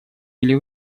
или